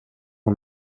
hon